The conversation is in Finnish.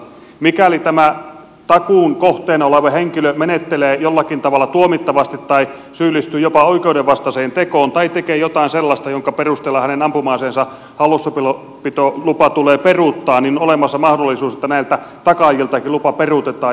mikäli tämä takuun kohteena oleva henkilö menettelee jollakin tavalla tuomittavasti tai syyllistyy jopa oikeudenvastaiseen tekoon tai tekee jotain sellaista minkä perusteella hänen ampuma aseensa hallussapitolupa tulee peruuttaa niin on olemassa mahdollisuus että näiltä takaajiltakin lupa peruutetaan